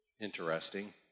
Interesting